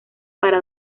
para